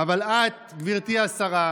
גברתי השרה,